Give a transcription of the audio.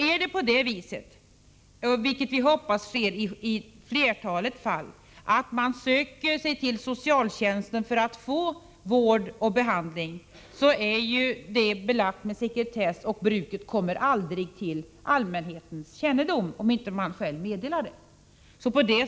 Är det på det viset — vilket vi hoppas sker i flertalet fall — att man söker sig till socialtjänsten för att få vård och behandling, så är ju detta belagt med sekretess, och bruket kommer aldrig till allmän kännedom, om man inte själv ger upplysning om det.